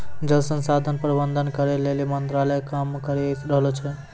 जल संसाधन प्रबंधन करै लेली मंत्रालय काम करी रहलो छै